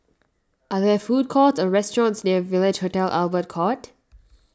are there food courts or restaurants near Village Hotel Albert Court